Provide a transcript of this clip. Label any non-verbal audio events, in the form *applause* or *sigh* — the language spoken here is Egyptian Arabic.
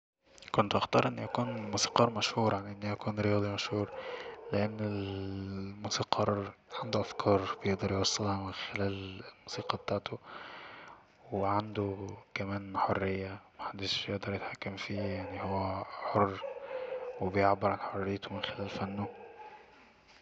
كنت هختار اني أكون موسيقار مشهور عن أني اكون رياضي مشهور لأن ال *hesitation* موسيقار عنده أفكار بيقدر يوصلها من خلال الموسيقى بتاعته وعنده كمان حرية محدش يقدر يتحكم فيه يعني هو حر وبيعبر عن حريته من خلال فنه